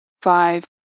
five